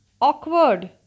Awkward